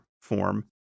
form